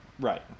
Right